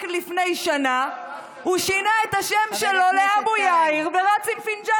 רק לפני שנה הוא הוא שינה את שמו לאבו יאיר ורץ עם פינג'אן